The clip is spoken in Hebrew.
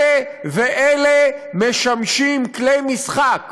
אלה ואלה משמשים כלי משחק